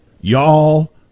Y'all